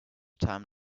time